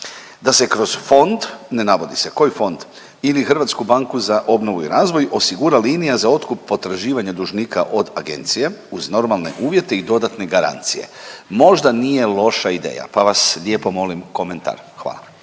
da se kroz fond, ne navodi se koji fond ili Hrvatsku banku za obnovu i razvoj, osigura linija za otkup potraživanja dužnika od agencije uz normalne uvjete i dodatne garancije. Možda nije loša ideja pa vas lijepo molim komentar. Hvala.